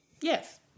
Yes